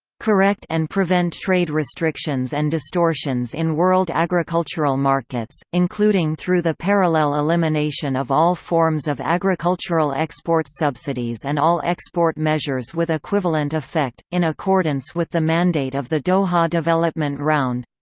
correct and prevent trade restrictions and distortions in world agricultural markets, including through the parallel elimination of all forms of agricultural export subsidies and all export measures with equivalent effect, in accordance with the mandate of the doha development round.